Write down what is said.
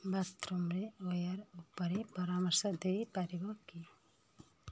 ବାଥରୁମରେ ware ଉପରେ ପରାମର୍ଶ ଦେଇ ପାରିବ କି